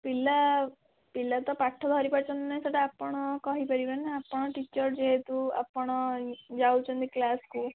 ପିଲା ପିଲା ତ ପାଠ ଧରିପାରୁଛନ୍ତି କି ନାହିଁ ସେଇଟା ଆପଣ କହିପାରିବେ ନା ଆପଣ ଟିଚର ଯେହେତୁ ଆପଣ ଯାଉଛନ୍ତି କ୍ଳାସ୍କୁ